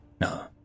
No